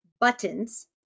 buttons